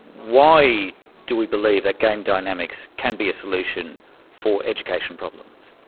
why do we believe that game dynamics can be a solution for education problems?